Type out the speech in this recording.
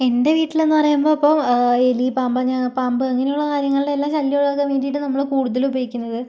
എൻ്റെ വീട്ടിലെന്ന് പറയുമ്പോൾ ഇപ്പോൾ എലി പാമ്പ് അങ്ങനെ പാമ്പ് ഇങ്ങനെയുള്ള കാര്യങ്ങളുടെയെല്ലാം ശല്യം ഒഴിവാക്കാൻ വേണ്ടിയിട്ട് നമ്മൾ കൂടുതലും ഉപയോഗിക്കുന്നത്